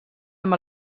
amb